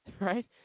right